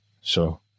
So-